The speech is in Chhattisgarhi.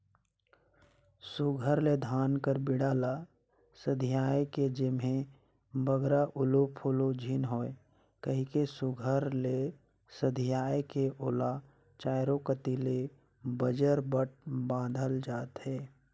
सुग्घर ले धान कर बीड़ा ल सथियाए के जेम्हे बगरा उलु फुलु झिन होए कहिके सुघर ले सथियाए के ओला चाएरो कती ले बजरबट बाधल जाथे